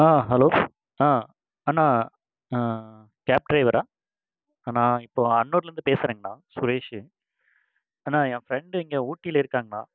hello அண்ணா cab ட்ரைவரா அண்ணா இப்போ அன்னூரில் இருந்து பேசுறேங்கணா சுரேஷ் அண்ணா என் ஃபிரண்டு இங்கே ஊட்டியில் இருக்காங்கண்ணா